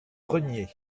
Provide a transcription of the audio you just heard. rénier